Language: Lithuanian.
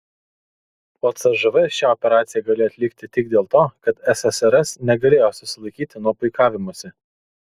o cžv šią operaciją galėjo atlikti tik dėl to kad ssrs negalėjo susilaikyti nuo puikavimosi